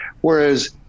Whereas